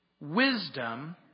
wisdom